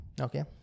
okay